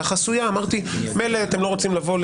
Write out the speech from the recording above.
לישיבה החסויה אמרתי: מילא אתם לא רוצים לבוא,